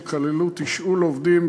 שכללו תשאול עובדים,